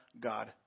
God